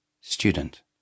Student